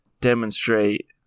demonstrate